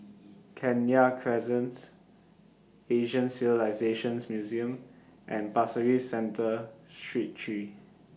Kenya Crescents Asian Civilisations Museum and Pasir Ris Central Street three